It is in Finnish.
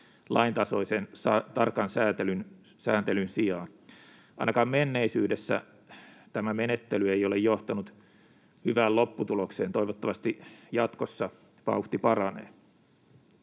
laintasoisen tarkan sääntelyn sijaan. Ainakaan menneisyydessä tämä menettely ei ole johtanut hyvään lopputulokseen, toivottavasti jatkossa vauhti paranee.